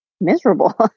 miserable